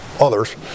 others